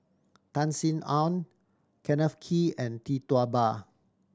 Tan Sin Aun Kenneth Kee and Tee Tua Ba